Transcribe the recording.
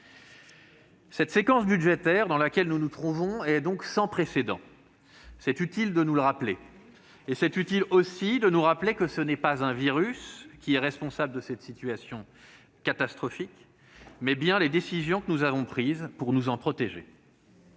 La séquence budgétaire dans laquelle nous nous trouvons est sans précédent. Il est utile de nous le rappeler. Et il est utile, aussi, de nous rappeler que ce n'est pas le virus qui est responsable de cette situation catastrophique, mais bien les décisions que nous avons prises pour nous en protéger.